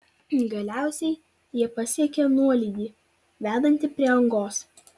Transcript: galiausiai jie pasiekė nuolydį vedantį prie angos